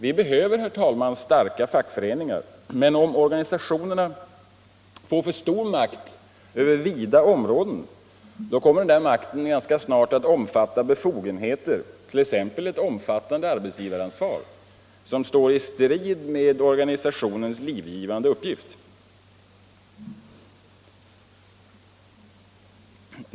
Vi behöver, herr talman, starka fackföreningar, men om organisationerna får för stor makt över vida områden kommer den makten ganska snart att omfatta befogenheter — t.ex. ett omfattande arbetsgivaransvar — som står i strid med organisationens livgivande uppgift.